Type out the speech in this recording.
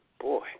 Boy